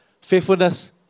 faithfulness